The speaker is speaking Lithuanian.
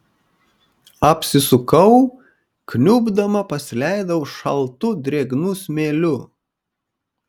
apsisukau kniubdama pasileidau šaltu drėgnu smėliu